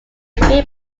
filled